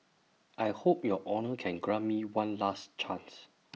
I hope your honour can grant me one last chance